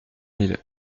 mille